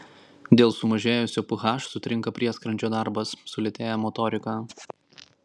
dėl sumažėjusio ph sutrinka prieskrandžio darbas sulėtėja motorika